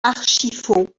archifaux